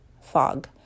fog